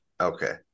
Okay